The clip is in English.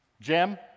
Jim